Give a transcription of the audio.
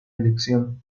elección